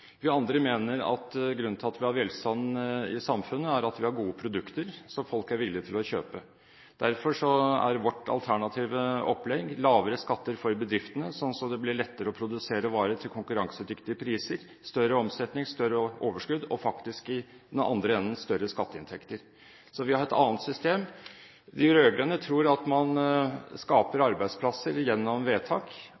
Vi andre mener at grunnen til at vi har velstand i samfunnet, er at vi har gode produkter som folk er villig til å kjøpe. Derfor er vårt alternative opplegg lavere skatter for bedriftene, slik at det blir lettere å produsere varer til konkurransedyktige priser, større omsetning, større overskudd og faktisk, i den andre enden, større skatteinntekter. Så vi har et annet system. De rød-grønne tror at man skaper